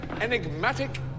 enigmatic